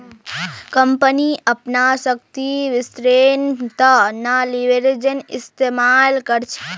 company अपनार संपत्तिर वित्तपोषनेर त न लीवरेजेर इस्तमाल कर छेक